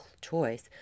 choice